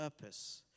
purpose